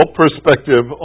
perspective